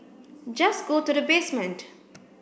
just go to the basement